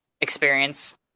experience